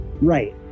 Right